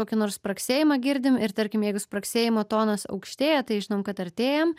kokį nors spragsėjimą girdim ir tarkim jeigu spragsėjimo tonas aukštėja tai žinom kad artėjam